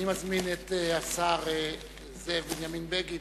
אני מזמין את השר זאב בנימין בגין